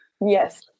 Yes